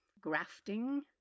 grafting